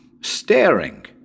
staring